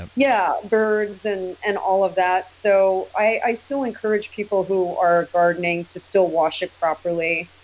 um yeah, birds and and all of that. so i still encourage people who are gardening to still wash it properly.